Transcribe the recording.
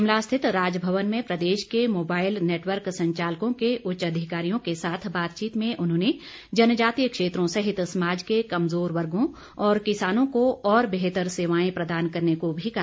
शिमला स्थित राजभवन में प्रदेश के मोबाईल नेटवर्क संचालकों के उच्च अधिकारियों के साथ बातचीत में उन्होंने जनजातीय क्षेत्रों सहित समाज के कमजोर वर्गों और किसानों को और बेहतर सेवाएं प्रदान करने को भी कहा